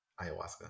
ayahuasca